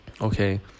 okay